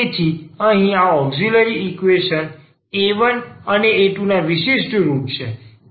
તેથી તેઓ અહીં આ ઔક્ષીલરી ઈક્વેશન ોના a1 અને a2 ના વિશિષ્ટ રુટ છે